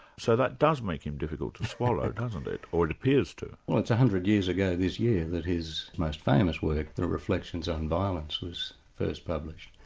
so that does make him difficult to swallow doesn't it, or it appears to. well it's one hundred years ago this year that his most famous work, the reflections on violence was first published.